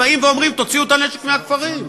בבקשה,